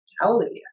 Hallelujah